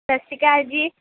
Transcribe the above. ਸਤਿ ਸ਼੍ਰੀ ਅਕਾਲ ਜੀ